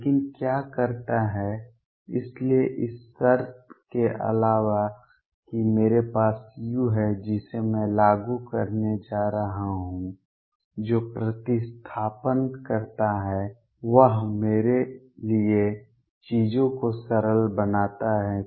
लेकिन क्या करता है इसलिए इस शर्त के अलावा कि मेरे पास u है जिसे मैं लागू करने जा रहा हूं जो प्रतिस्थापन करता है वह मेरे लिए चीजों को सरल बनाता है